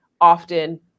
often